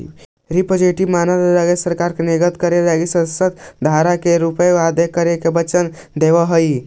representative money लगी सरकार या निर्गत करे वाला संस्था धारक के रुपए अदा करे के वचन देवऽ हई